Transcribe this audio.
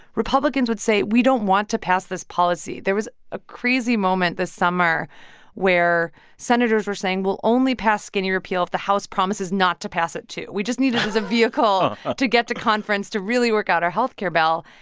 republicans would say, we don't want to pass this policy. there was a crazy moment this summer where senators were saying, we'll only pass skinny repeal if the house promises not to pass it, too we just need it as a vehicle to get to conference to really work out our health care bill.